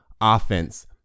offense